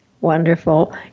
Wonderful